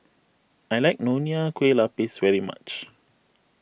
I like Nonya Kueh Lapis very much